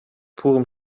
purem